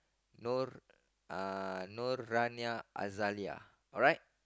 Nur uh Nur Aliah Azalia alright